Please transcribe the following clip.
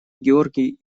георгий